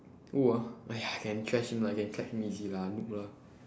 who ah !aiya! can trash him lah can catch me easy lah noob lah